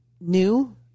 new